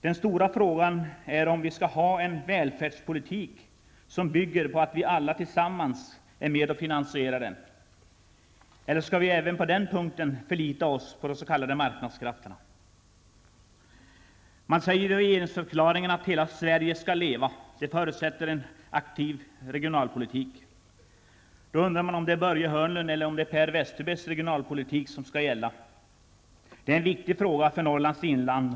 Den stora frågan är, om vi skall ha en välfärdspolitik som bygger på att vi alla tillsammans är med och finansierar den, eller om vi även på den punkten skall förlita oss på de s.k. marknadskrafterna. Man säger i regeringsförklaringen att ''Hela Sverige skall leva''. Det förutsätter en aktiv regionalpolitik. Är det Börje Hörnlunds eller Per Westerbergs regionalpolitik som skall gälla? Det är en viktig fråga för Norrlands inland.